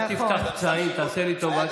אל תפתח פצעים, תעשה לי טובה.